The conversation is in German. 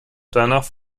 danach